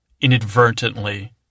inadvertently